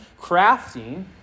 crafting